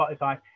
Spotify